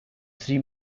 three